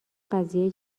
قضیه